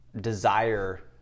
desire